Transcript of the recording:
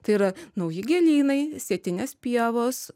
tai yra nauji gėlynai sietinės pievos